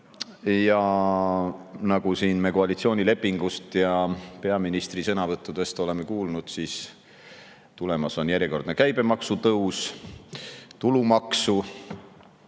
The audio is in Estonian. Ja nagu me koalitsioonilepingust näeme ja peaministri sõnavõttudest oleme kuulnud, tulemas on järjekordne käibemaksu tõus, tulumaksu